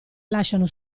lasciano